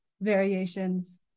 variations